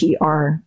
PR